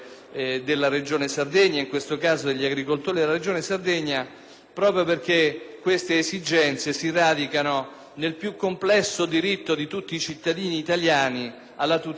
proprio perché queste esigenze si radicano nel più complesso diritto di tutti i cittadini italiani alla tutela della proprietà privata e del diritto di impresa.